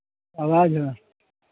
आवाज़ है